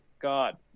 god